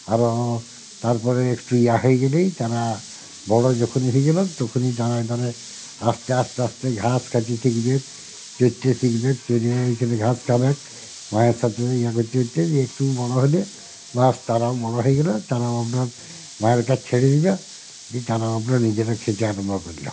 আরো তারপরে একটু ইয়ে হয়ে গেলেই তারা বড়ো যখনই হয়ে যাবে তখনই তারা একবারে আস্তে আস্তে আস্তে ঘাস খেতে শিখবে খেতে শিখবে পেড়ে ওইখানে ঘাস খাবে মায়ের সাথে সাথে ইয়ে করতে করতে দিয়ে একটু বড়ো হলে বাস তারা বড়ো হয়ে গেলে তারা আপনার মায়ের কাছ ছেড়ে দিলে দিয়ে তারা আপনার ওই জায়গায় খেতে আরাম্ভ করলো